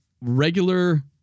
regular